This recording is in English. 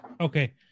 okay